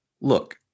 look